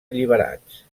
alliberats